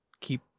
keep